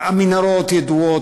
המנהרות ידועות,